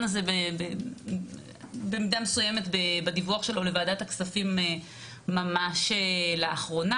הזה במידה מסוימת בדיווח שלו לוועדת הכספים ממש לאחרונה.